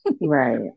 Right